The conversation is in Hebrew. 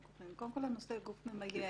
קודם כול, לנושא של גוף ממיין.